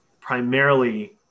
primarily